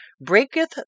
breaketh